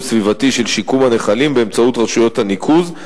סביבתי של שיקום הנחלים באמצעות רשויות הניקוז.